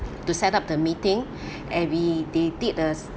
to set up the meeting and we they did a